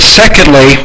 secondly